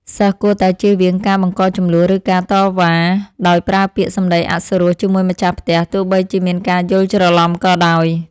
សិស្សគួរតែជៀសវាងការបង្កជម្លោះឬការតវ៉ាដោយប្រើពាក្យសម្តីអសុរោះជាមួយម្ចាស់ផ្ទះទោះបីជាមានការយល់ច្រឡំក៏ដោយ។